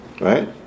Right